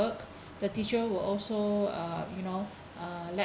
the teacher will also uh you know uh let